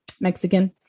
mexican